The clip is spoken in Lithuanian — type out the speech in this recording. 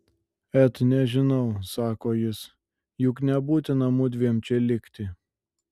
et nežinau sako jis juk nebūtina mudviem čia likti